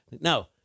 no